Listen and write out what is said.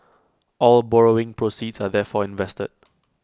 all borrowing proceeds are therefore invested